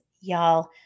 y'all